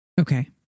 Okay